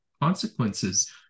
consequences